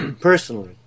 personally